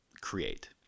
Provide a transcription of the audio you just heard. create